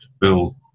Bill